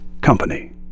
company